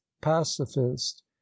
pacifist